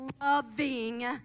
loving